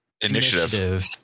initiative